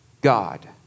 God